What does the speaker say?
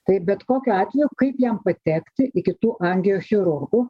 tai bet kokiu atveju kaip jam patekti iki tų angiochirurgų